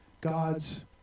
God's